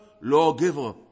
lawgiver